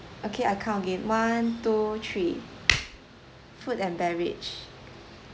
okay I count again one two three food and beverage